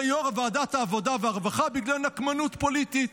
יו"ר ועדת העבודה והרווחה בגלל נקמנות פוליטית.